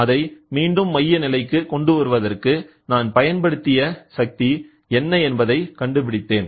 அதை மீண்டும் மைய நிலைக்கு கொண்டுவருவதற்கு நான் பயன்படுத்திய சக்தி என்ன என்பதை கண்டுபிடித்தேன்